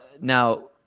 Now